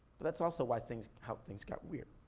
but that's also why things, how things got weird.